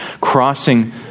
crossing